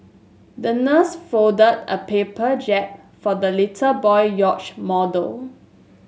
the nurse folded a paper jib for the little boy yacht model